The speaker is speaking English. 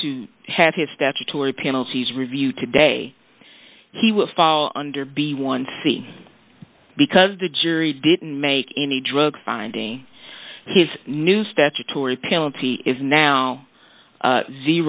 to have his statutory penalties reviewed today he would fall under b one c because the jury didn't make any drug finding his new statutory penalty is now